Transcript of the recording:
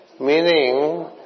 Meaning